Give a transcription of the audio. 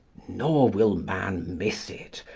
nor will man miss it.